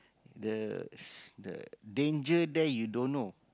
the the danger there you don't know